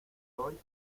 hoy